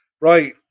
Right